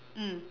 mm